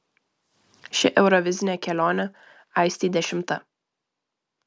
ši eurovizinė kelionė aistei dešimta